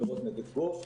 בעבירות נגד גוף.